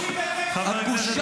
בושה.